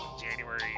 January